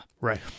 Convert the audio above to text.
Right